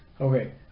Okay